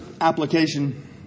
application